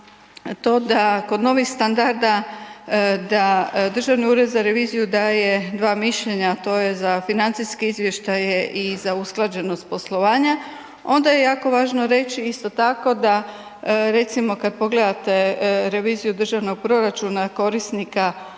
to da kod novih standarda, da Državni ured za reviziju daje 2 mišljenja, a to je za financijski izvještaje i za usklađenost poslovanja onda je jako važno reći isto tako da recimo kad pogledate reviziju državnog proračuna korisnika